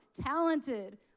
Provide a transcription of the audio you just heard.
talented